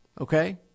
Okay